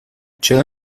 چرا